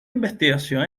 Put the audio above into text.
investigación